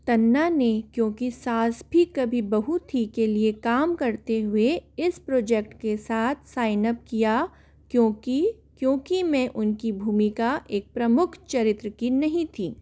तन्ना ने क्योंकि सास भी कभी बहू थी के लिए काम करते हुए इस प्रोजैक्ट के साथ साइन अप किया क्योंकि क्योंकि में उनकी भूमिका एक प्रमुख चरित्र की नहीं थी